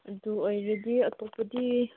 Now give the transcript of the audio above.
ꯑꯗꯨ ꯑꯣꯏꯔꯗꯤ ꯑꯇꯣꯞꯄꯗꯤ